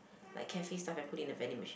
like cafe stuff and put in the vending machine